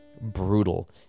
brutal